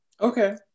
okay